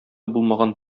булмаган